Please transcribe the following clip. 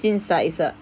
since like it is a